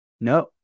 No